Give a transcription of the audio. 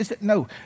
No